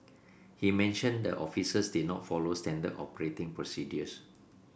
he mentioned the officers did not follow standard operating procedures